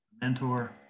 mentor